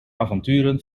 avonturen